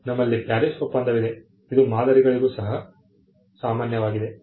ನಮ್ಮಲ್ಲಿ PARIS ಒಪ್ಪಂದವಿದೆ ಇದು ಮಾದರಿಗಳಿಗೂ ಸಹ ಸಾಮಾನ್ಯವಾಗಿದೆ